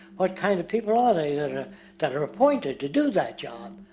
what kind of people are they that are that are appointed to do that job?